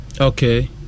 Okay